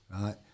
right